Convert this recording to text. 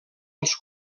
els